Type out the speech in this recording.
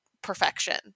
perfection